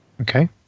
Okay